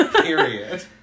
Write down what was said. Period